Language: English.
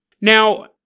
now